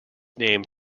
name